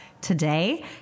today